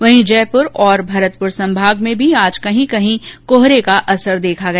वहीं जयपुर और भरतपुर संभाग में भी आज कहीं कहीं कोहरे का असर देखा गया